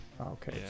Okay